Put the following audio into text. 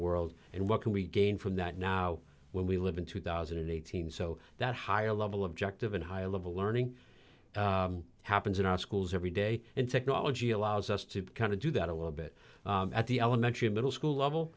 world and what can we gain from that now when we live in two thousand and eighteen so that higher level objective and high level learning happens in our schools every day and technology allows us to kind of do that a little bit at the elementary middle school